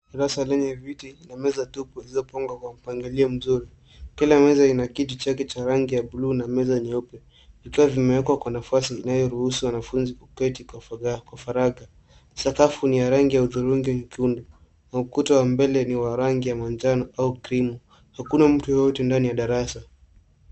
Darasa lenye viti na meza tupu zilizopangwa kwa mpagilio mzuri. Kila meza ina kiti chake cha rangi ya blue na meza nyeupe vikiwa vimewekwa kwa nafasi inayoruhusu wanafunzi kuketi kwa faraja .Sakafu ni ya rangi ya hudhurungi nyekundu na ukuta wa mbele ni wa rangi ya manjano au krimu. Hakuna mtu yeyote ndani ya darasa.